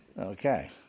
Okay